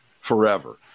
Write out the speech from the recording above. forever